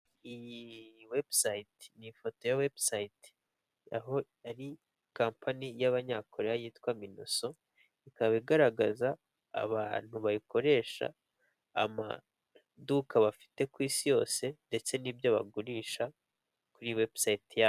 Iyi ni webusayiti ni ifoto ya webusayite aho ari kampani y'abanyakoreya yitwa minoso, ikaba igaragaza abantu bayikoresha, amaduka bafite ku isi yose ndetse n'ibyo bagurisha kuri webusayite.